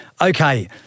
okay